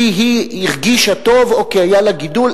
היא הרגישה טוב או כי היה לה גידול,